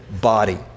body